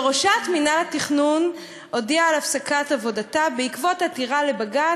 שראשת מינהל התכנון הודיעה על הפסקת עבודתה בעקבות עתירה לבג"ץ.